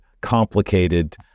complicated